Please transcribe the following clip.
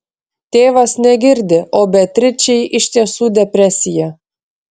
tėvas negirdi o beatričei iš tiesų depresija